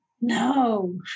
no